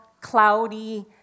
cloudy